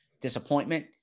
disappointment